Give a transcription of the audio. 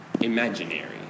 imaginary